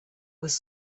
was